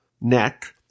neck